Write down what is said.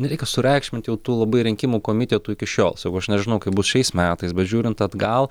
nereikia sureikšmint jau tų labai rinkimų komitetų iki šiol sakau aš nežinau kaip bus šiais metais bet žiūrint atgal